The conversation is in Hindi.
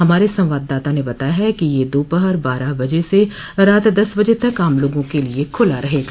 हमारे संवाददाता ने बताया है कि यह दोपहर बारह बजे से रात दस बजे तक आम लोगों के लिए खुला रहेगा